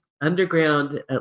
underground